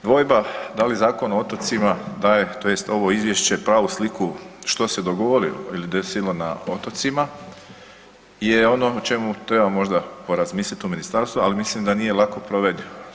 Dvojba da li Zakon o otocima daje tj. ovo izvješće pravu sliku što se dogovorilo ili desilo na otocima je ono o čemu treba možda porazmislim u ministarstvu, ali mislim da nije lako provedivo.